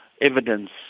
evidence